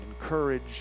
encourage